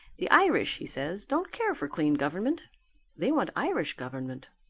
the irish, he says, don't care for clean government they want irish government.